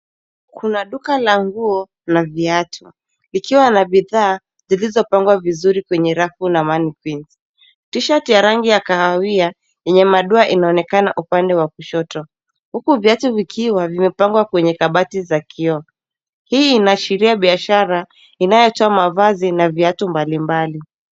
Kuna duka la nguo na viatu likiwa na bidhaa zilizopangwa vizuri kwenye rafu na manniquins . T-shirt ya rangi ya kahawia yenye madoa inaonekana upande wa kushoto huku viatu vikiwa vimepangwa kwenye kabati za kioo. Hii inaashiria biashara inayotoa mavazi na viatu mbalimbali.